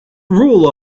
rule